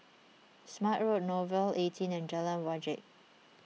Smart Road Nouvel eighteen and Jalan Wajek